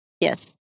yes